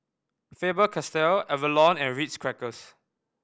Faber Castell Avalon and Ritz Crackers